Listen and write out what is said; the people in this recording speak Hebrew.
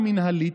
במדינה המינהלית,